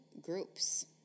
Groups